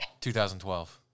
2012